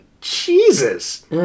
Jesus